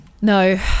no